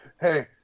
Hey